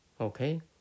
Okay